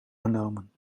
genomen